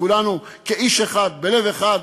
כולנו כאיש אחד, בלב אחד.